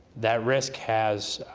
that risk has